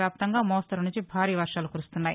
వ్యాప్తంగా మోస్తరు నుంచి భారీ వర్వాలు కురుస్తున్నాయి